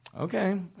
okay